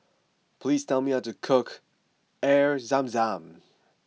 please tell me how to cook Air Zam Zam